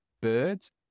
birds